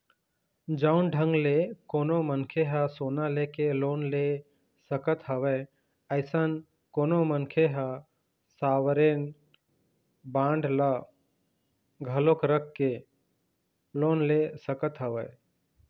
जउन ढंग ले कोनो मनखे ह सोना लेके लोन ले सकत हवय अइसन कोनो मनखे ह सॉवरेन बांड ल घलोक रख के लोन ले सकत हवय